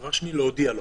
דבר שני, להודיע לו.